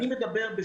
אנחנו,